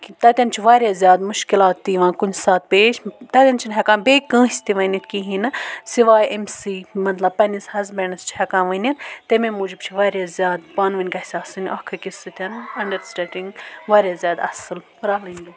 کہِ تَتیٚن چھِ واریاہ زیادٕ مُشکِلات تہِ یِوان کُنہِ ساتہٕ پیش تَتیٚن چھِنہٕ ہیٚکان بیٚیہِ کٲنٛسہِ تہِ ؤنِتھ کِہیٖنۍ نہٕ سِواے أمسٕے مطلب پننِس ہَسبیٚنڈَس چھِ ہیٚکان ؤنِتھ تَمے موٗجوٗب چھِ واریاہ زیادٕ پانہٕ وٲنۍ گژھہِ آسٕنۍ اَکھ أکِس سۭتۍ اَنٛڈَرسٕٹینٛڈِنٛگ واریاہ زیادٕ اصٕل رَلٕنۍ